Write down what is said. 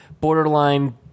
borderline